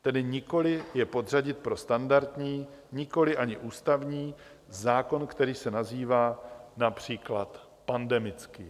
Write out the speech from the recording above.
Tedy nikoli je podřadit pro standardní, nikoli ani ústavní zákon, který se nazývá například pandemický.